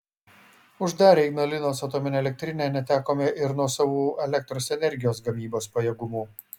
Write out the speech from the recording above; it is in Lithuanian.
uždarę ignalinos atominę elektrinę netekome ir nuosavų elektros energijos gamybos pajėgumų